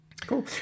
cool